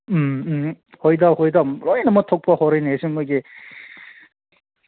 ꯎꯝ ꯎꯝ ꯍꯣꯏꯗ ꯍꯣꯏꯗ ꯂꯣꯏꯅꯃꯛ ꯊꯣꯛꯄ ꯍꯧꯔꯦꯅꯦ ꯑꯩꯁꯨ ꯃꯣꯏꯒꯤ